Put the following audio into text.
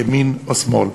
ימין או שמאל.